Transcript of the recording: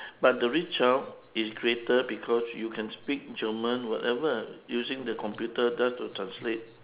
but the reach out is greater because you can speak german whatever using the computer just to translate